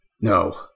No